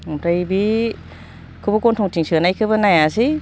ओमफ्राय बेखौबो गन्थंथिं सोनायखौबो नायासै